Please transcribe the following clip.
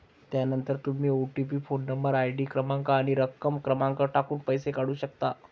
त्यानंतर तुम्ही OTP phone number, ID क्रमांक आणि रक्कम क्रमांक टाकून पैसे काढू शकता